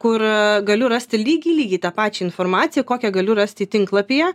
kur galiu rasti lygiai lygiai tą pačią informaciją kokią galiu rasti tinklapyje